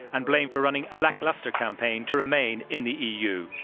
and blamed for running a lackluster campaign to remain in the eu.